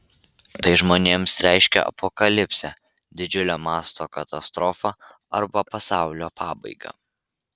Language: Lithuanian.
tai žmonėms reiškia apokalipsę didžiulio mąsto katastrofą arba pasaulio pabaigą